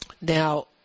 Now